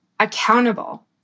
accountable